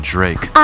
Drake